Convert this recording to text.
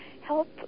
help